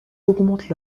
augmentent